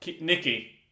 Nicky